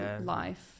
life